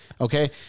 Okay